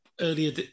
Earlier